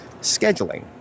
scheduling